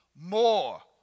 more